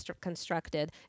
constructed